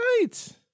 Right